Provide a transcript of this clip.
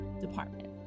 Department